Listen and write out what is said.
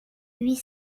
huit